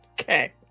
Okay